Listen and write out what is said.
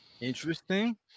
Interesting